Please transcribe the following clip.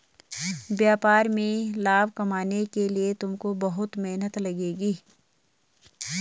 व्यापार में लाभ कमाने के लिए तुमको बहुत मेहनत लगेगी